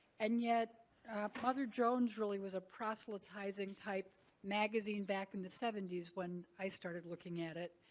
and yet mother jones really was a proselytizing type magazine back in the seventy s when i started looking at it.